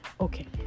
Okay